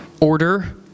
order